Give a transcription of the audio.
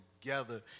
together